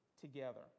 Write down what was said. together